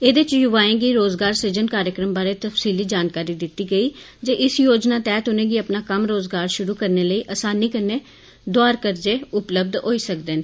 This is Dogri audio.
एदे च युवाएं गी रोज़गार सृजन कार्यक्रम बारै तफसीली जानकारी दिती गेई जे इस योजना तैहत उनेंगी अपना कम्म रोजगार श्रु करने लेई असानी कन्नै दोआर कर्जे उपलब्ध होई सकदे न